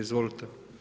Izvolite.